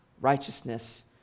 righteousness